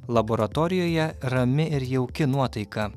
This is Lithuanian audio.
laboratorijoje rami ir jauki nuotaika